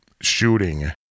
shooting